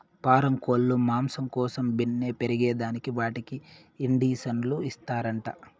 పారం కోల్లు మాంసం కోసం బిన్నే పెరగేదానికి వాటికి ఇండీసన్లు ఇస్తారంట